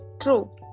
true